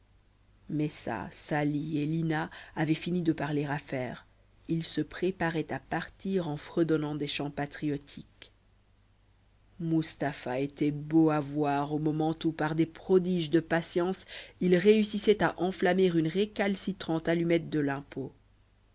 messa sali et lina avaient fini de parler affaire ils se préparaient à partir en fredonnant des chants patriotiques mustapha était beau à voir au moment où par des prodiges de patience il réussissait à enflammer une récalcitrante allumette de